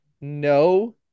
no